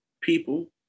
people